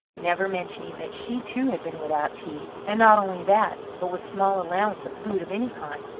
never mentioning that she too had been without tea, and not only that, but with small allowance of food of any kind,